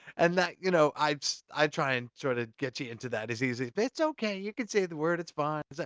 and that, you know, i i try and sort of get you into that as easy. but it's okay. you can say the word. it's blind. ah